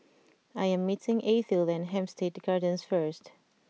I am meeting Ethyl at Hampstead Gardens first